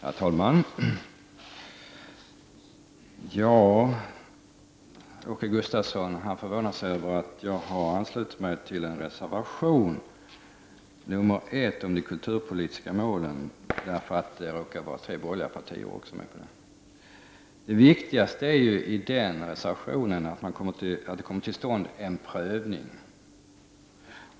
Herr talman! Åke Gustavsson förvånar sig över att jag har anslutit mig till reservation nr 1 om de kulturpolitiska målen därför att den också avges av tre borgerliga partier. Det viktigaste i reservationen är förslaget om en prövning.